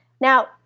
Now